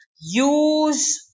use